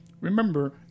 remember